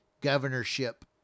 governorship